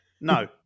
No